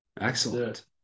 excellent